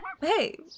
Hey